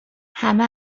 همه